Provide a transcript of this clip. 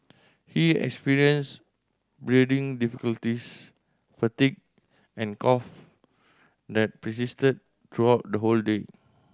he experienced breathing difficulties fatigue and cough that persisted throughout the whole day